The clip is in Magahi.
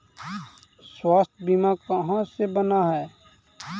स्वास्थ्य बीमा कहा से बना है?